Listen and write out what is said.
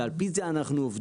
ועל פי זה אנחנו עובדים.